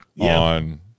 on